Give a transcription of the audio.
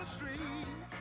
Street